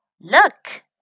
look